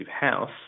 house